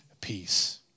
peace